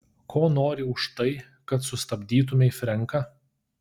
ko nori už tai kad sustabdytumei frenką